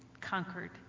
conquered